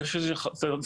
אני חושב שזה חבל.